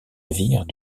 navires